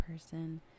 person